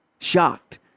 shocked